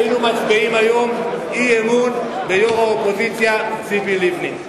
היינו מצביעים אי-אמון ביושבת-ראש האופוזיציה ציפי לבני.